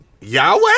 Yahweh